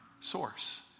source